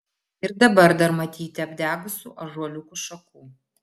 ir dabar dar matyti apdegusių ąžuolų šakų